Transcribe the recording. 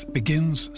begins